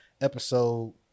Episode